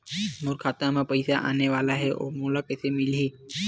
मोर खाता म पईसा आने वाला हे ओहा मोला कइसे मिलही?